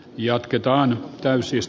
jatketaan käy siis